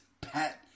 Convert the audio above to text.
pat